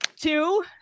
Two